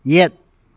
ꯌꯦꯠ